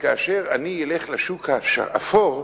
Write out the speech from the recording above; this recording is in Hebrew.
כאשר אני אלך לשוק האפור,